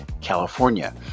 California